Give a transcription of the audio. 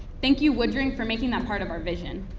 thank you, woodring, for making that part of our vision.